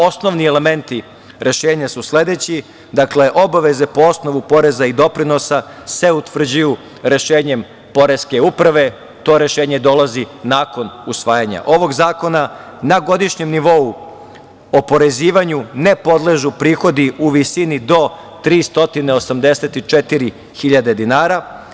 Osnovni elementi rešenja su sledeći: obaveze po osnovu poreza i doprinosa se utvrđuju rešenjem Poreske uprave, to rešenje dolazi nakon usvajanja ovog zakona, na godišnjem nivou oporezivanju ne podležu prihodi u visini do 384.000 dinara.